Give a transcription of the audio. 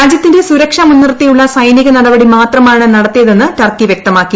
രാജ്യത്തിന്റെ സുരക്ഷ മുൻനിർത്തിയുള്ള സൈനിക നടപടി മാത്രമാണ് നടത്തിയതെന്ന് ടർക്കി വ്യക്തമാക്കി